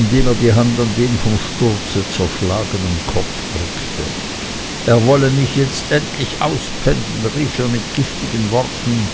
indem er die hand an den vom sturze zerschlagenen kopf drückte er wolle mich jetzt endlich auspfänden rief er mit giftigen worten